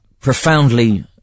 profoundly